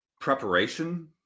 Preparation